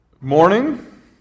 Morning